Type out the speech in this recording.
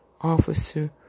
officer